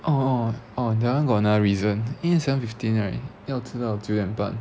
oh oh oh that [one] got another reason 因为 seven fifteen right then 我吃到九点半